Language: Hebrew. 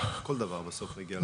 כל דבר בסוף מגיע לפה.